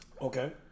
Okay